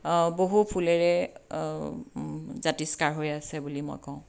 বহু ফুলেৰে জাতিষ্কাৰ হৈ আছে বুলি মই কওঁ